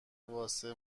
واسه